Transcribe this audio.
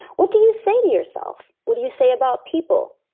what do you say to yourself? what do you say about people?